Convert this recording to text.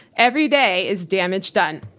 every day is damage done.